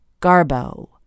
Garbo